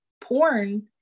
porn